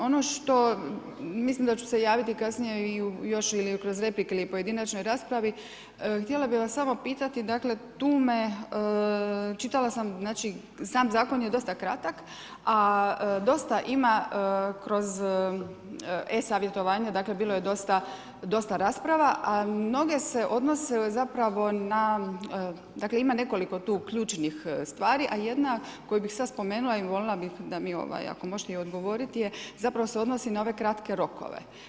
Ono što, mislim da ću se javiti kasnije još ili kroz replike ili u pojedinačnoj raspravi, htjela bih vas samo pitati dakle, tu me, čitala sam, sam zakon je dosta kratak, a dosta ima kroz e-savjetovanja, bilo je dosta rasprava, a mnoge se odnose zapravo na, dakle ima nekoliko tu ključnih stvari, a jedna koju bih sad spomenula i voljela bih ako mi možete i odgovoriti je, zapravo se odnosi na ove kratke rokove.